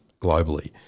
globally